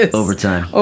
overtime